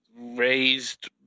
raised